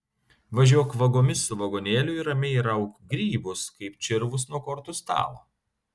važiuok vagomis su vagonėliu ir ramiai rauk grybus kaip čirvus nuo kortų stalo